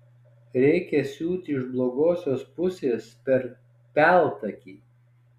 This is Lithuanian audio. reikia siūti iš blogosios pusės per peltakį